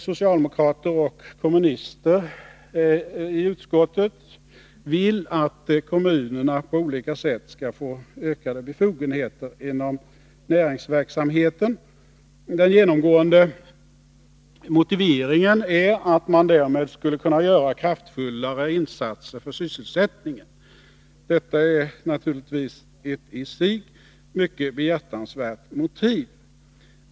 Socialdemokrater och kommunister i utskottet vill att kommunerna på olika sätt skall få ökade befogenheter inom näringsverksamheten. Den genomgående motiveringen är att man därmed skulle kunna göra kraftfullare insatser för sysselsättningen. Detta är naturligtvis i sig ett mycket behjärtansvärt motiv.